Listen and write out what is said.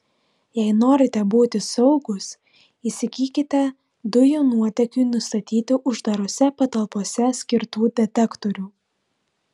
jei norite būti saugūs įsigykite dujų nuotėkiui nustatyti uždarose patalpose skirtų detektorių